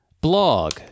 blog